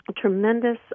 tremendous